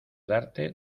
darte